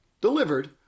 delivered